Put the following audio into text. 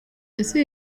ese